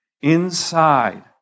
Inside